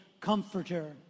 comforter